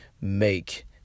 make